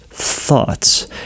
thoughts